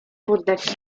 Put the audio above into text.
poddać